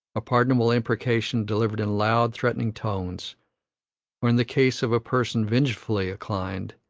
a pardonable imprecation, delivered in loud, threatening tones or, in the case of a person vengefully inclined,